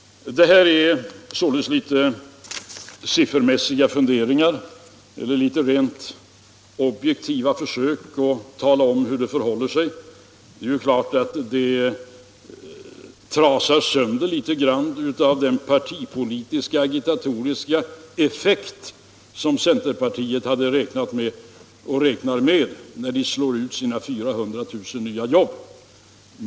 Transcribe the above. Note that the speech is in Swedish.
Det här är således litet siffermässiga funderingar eller försök att objektivt tala om hur det förhåller sig. Det är klart att det trasar sönder litet av den partipolitiskt agitatoriska effekt som centerpartiet hade räknat med och räknar med när man kräver 400 000 nya jobb.